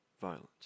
violence